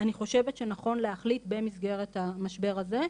אני חושבת שנכון להחליט במסגרת המשבר הזה,